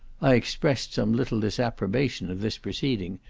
i expressed some little disapprobation of this proceeding,